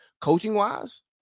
coaching-wise